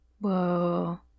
Whoa